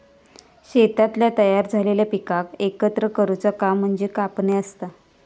शेतातल्या तयार झालेल्या पिकाक एकत्र करुचा काम म्हणजे कापणी असता